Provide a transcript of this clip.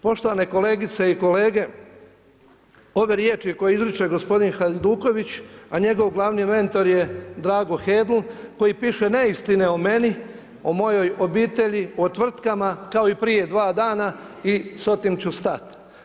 Poštovane kolegice i kolege ove riječi koje izriče gospodin Hajduković, a njegov glavni mentor je Drago Hedl koji piše neistine o meni, o mojoj obitelji, o tvrtkama kao i prije dva dana i sotim ću stat.